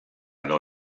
edo